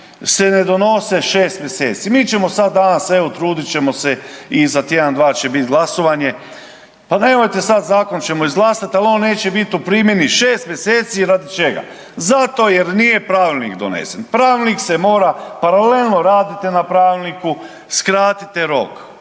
se ne donose 6 mjeseci. Mi ćemo sad danas, evo trudit ćemo se i za tjedan dva će biti glasovanje pa nemojte sad Zakon ćemo izglasat ali on neće bit u primjeni 6. mjeseci radi čega, zato jer nije Pravilnik donesen. Pravilnik se mora paralelno radite na Pravilniku, skratite rok,